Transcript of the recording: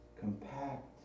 compact